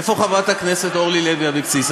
איפה חברת הכנסת אורלי לוי אבקסיס?